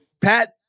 Pat